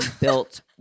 built